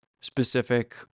specific